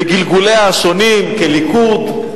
בגלגוליה השונים, כליכוד,